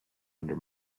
under